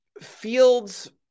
Fields